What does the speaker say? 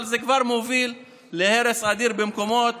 אבל זה כבר מוביל להרס במקומות